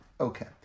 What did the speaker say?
Okay